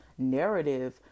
narrative